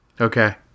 Okay